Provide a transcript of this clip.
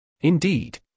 Indeed